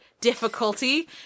difficulty